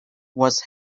was